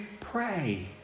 pray